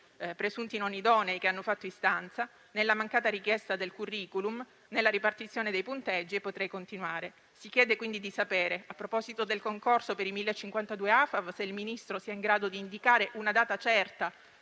presunti non idonei, che hanno fatto istanza, nella mancata richiesta del *curriculum*, nella ripartizione dei punteggi e altro, si chiede di sapere: a proposito del concorso per 1.052 AFAV, se il Ministro in indirizzo sia in grado di indicare una data certa